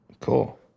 Cool